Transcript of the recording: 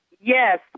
Yes